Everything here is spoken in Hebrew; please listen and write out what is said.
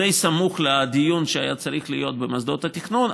די סמוך לדיון שהיה צריך להיות במוסדות התכנון,